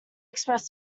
express